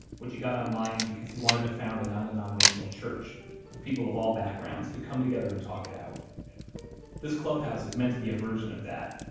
which he got online because he wanted to found a non-denominational church, where people of all backgrounds could come together and talk it out this clubhouse is meant to be a version of that.